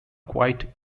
quite